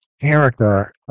character